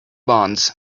bonds